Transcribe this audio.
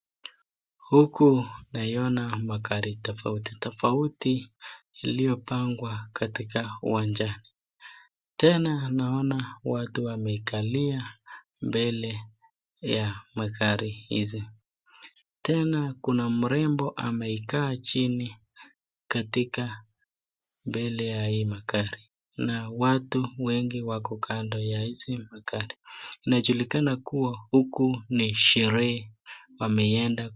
Huku naiona magari tofautitofauti iliyopangwa katika uwanjani, tna naona watu wamekalia mbele ya magari hizi, tena kuna mrembo amekaa chini katika mbele ya hii magari, na watu wengi wako kando ya hizi magari, inajulikana kuwa huku ni sherehe wameenda.